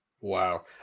Wow